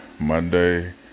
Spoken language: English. Monday